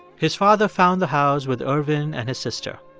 his father found the house with ervin and his sister.